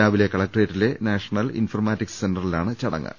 രാവിലെ കലക്ടറേറ്റിലെ national informatics സെന്ററിലാണ് ചടങ്ങ്